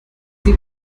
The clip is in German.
sie